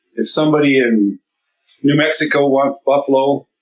if somebody in new mexico wants buffalo,